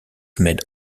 made